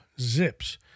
zips